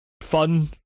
Fun